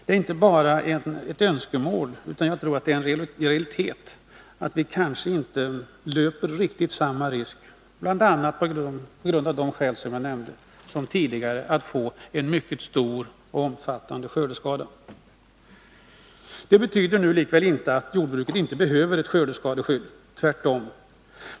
Det är inte bara en from önskan, utan jag tror att det är en realitet, att vi kanske inte löper riktigt samma risk som tidigare att få en mycket stor och omfattande skördeskada — bl.a. av nyss nämnda skäl. Detta betyder likväl inte att jordbruket inte behöver skördeskadeskydd. Tvärtom!